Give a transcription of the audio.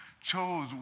chose